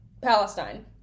Palestine